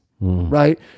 Right